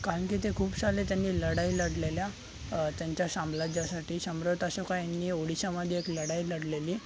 कारण की ते खूप सारे त्यांनी लढाई लढलेल्या त्यांच्या साम्राज्यासाठी सम्राट अशोका ह्यांनी ओडिशामध्ये एक लढाई लढलेली